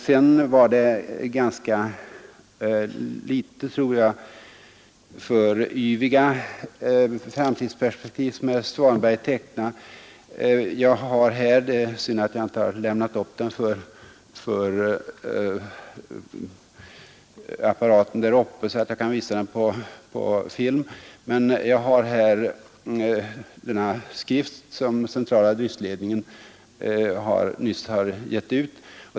Sedan tror jag att det var litet för yviga framtidsperspektiv som herr Svanberg tecknade. Jag har här en skrift — det är synd att jag inte har lämnat den för visning på TV-skärmen — som centrala driftledningen nyligen har gett ut.